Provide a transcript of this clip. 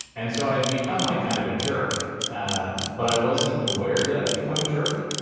and so i had become like kind of a jerk, and but i wasn't aware that i'd become a jerk.